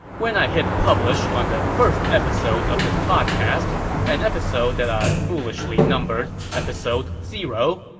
when i hit publish on the first episode of this podcast an episode that i foolishly numbered episode zero,